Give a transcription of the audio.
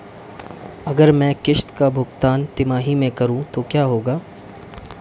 अगर मैं किश्त का भुगतान तिमाही में करूं तो क्या होगा?